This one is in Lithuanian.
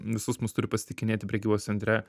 visus mus turi pasitikinėti prekybos centre